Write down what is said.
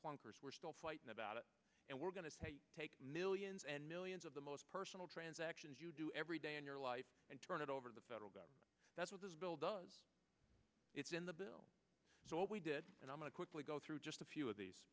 clunkers we're still fighting about it and we're going to take millions and millions of the most personal transactions you do every day in your life and turn it over the federal government that's what this bill does it's in the bill so what we did and i'm going to quickly go through just a few of these